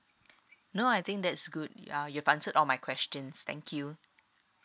no I think that's good uh you've answered all my questions thank you